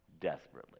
desperately